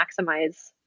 maximize